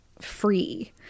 free